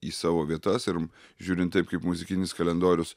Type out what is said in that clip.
į savo vietas ir žiūrint taip kaip muzikinis kalendorius